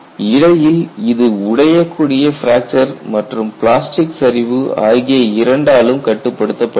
இடையில் இது உடையக்கூடிய பிராக்சர் மற்றும் பிளாஸ்டிக் சரிவு ஆகிய இரண்டாலும் கட்டுப்படுத்தப் படுகிறது